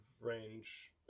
range